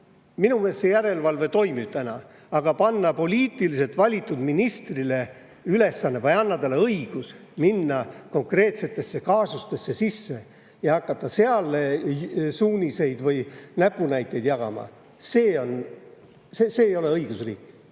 minu meelest järelevalve täna toimib. Aga kui panna poliitiliselt valitud ministrile ülesanne või anda talle õigus minna konkreetsetesse kaasustesse sisse ja hakata seal suuniseid või näpunäiteid jagama, siis see ei ole õigusriik.